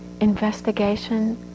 investigation